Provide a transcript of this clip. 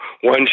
one